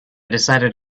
decided